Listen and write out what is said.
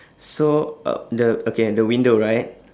so uh the okay at the window right